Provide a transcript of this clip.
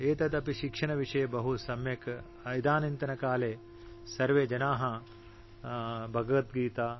एतदपि शिक्षणविषये बहु सम्यक् इदानीन्तनकाले सर्वे जनाः भगवद्गीतां